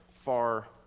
far